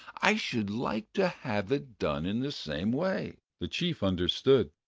i should like to have it done in the same way. the chief understood.